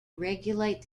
regulate